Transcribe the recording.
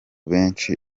benshi